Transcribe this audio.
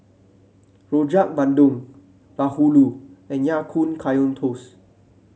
Rojak Bandung bahulu and Ya Kun Kaya Toast